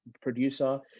producer